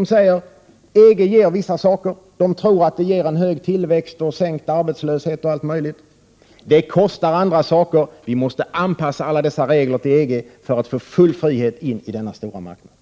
De säger att EG ger vissa saker — de tror att det ger en hög tillväxt, sänkt arbetslöshet och allt möjligt — men det kostar andra saker. Vi måste anpassa alla dessa regler till EG för att få full frihet in i denna stora marknad.